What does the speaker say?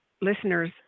listeners